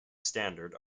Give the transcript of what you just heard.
standard